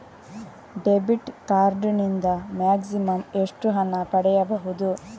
Debit card ನಿಂದ maximum ಎಷ್ಟು ಹಣ ಪಡೆಯಬಹುದು?